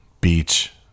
beach